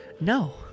No